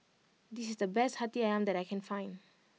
this is the best Hati Ayam that I can find